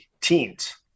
teens